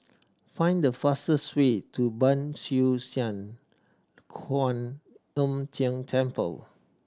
find the fastest way to Ban Siew San Kuan Im Tng Temple